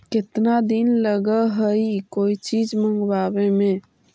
केतना दिन लगहइ कोई चीज मँगवावे में?